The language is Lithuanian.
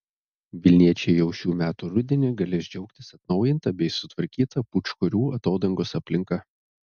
vilniečiai jau šių metų rudenį galės džiaugtis atnaujinta bei sutvarkyta pūčkorių atodangos aplinka